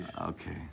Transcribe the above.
okay